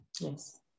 yes